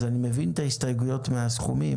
אז אני מבין את ההסתייגויות מהסכומים.